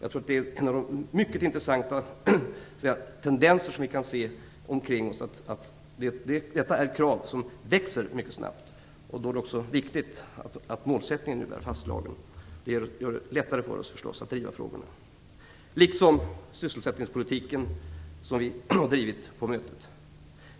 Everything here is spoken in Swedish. Det är en av de mycket intressanta tendenser som vi kan se, och det är då viktigt att målsättningen är fastslagen. Det gör det lättare för oss att driva frågorna. Sverige drev också aktivt sysselsättningspolitiken på mötet.